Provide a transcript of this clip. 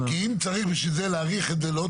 כי אם צריך בשביל זה להאריך את זה לעוד